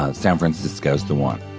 ah san francisco is the one,